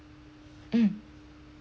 mm